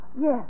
yes